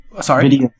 Sorry